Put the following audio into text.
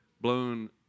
blown